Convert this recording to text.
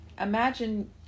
imagine